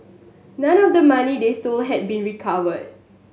none of the money they stole had been recovered